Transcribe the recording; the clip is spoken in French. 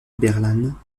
berlin